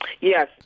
Yes